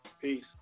Peace